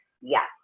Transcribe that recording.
Yes